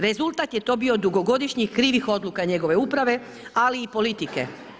Rezultat je to bio dugogodišnjih krivih odluka njegove uprave ali i politike.